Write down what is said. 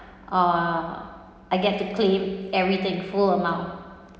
oh well I get to claim everything full amount